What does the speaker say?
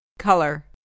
Color